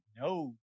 no